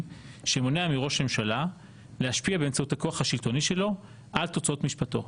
שמונע מראש הממשלה להשפיע באמצעות הכוח השלטוני שלו על תוצאות משפטו.